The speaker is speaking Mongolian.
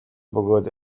бөгөөд